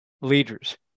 leaders